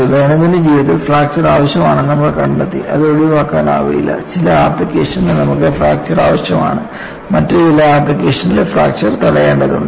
ദൈനംദിന ജീവിതത്തിൽ ഫ്രാക്ചർ ആവശ്യമാണെന്ന് നമ്മൾ കണ്ടെത്തി അത് ഒഴിവാക്കാനാവില്ല ചില ആപ്ലിക്കേഷനുകളിൽ നമുക്ക് ഫ്രാക്ചർ ആവശ്യമാണ് മറ്റ് ചില ആപ്ലിക്കേഷനുകളിൽ ഫ്രാക്ചർ തടയേണ്ടതുണ്ട്